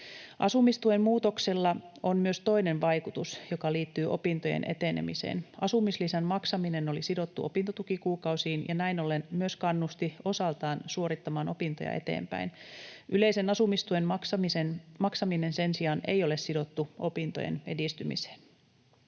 Asumistuen muutoksella on myös toinen vaikutus, joka liittyy opintojen etenemiseen. Asumislisän maksaminen oli sidottu opintotukikuukausiin ja näin ollen myös kannusti osaltaan suorittamaan opintoja eteenpäin. Yleisen asumistuen maksaminen sen sijaan ei ole sidottu opintojen edistymiseen.